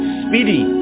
speedy